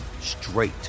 straight